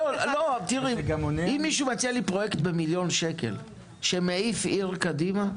אם מישהו מציע לי פרויקט במיליון שקל שמעיף עיר קדימה,